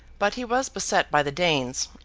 but he was beset by the danes,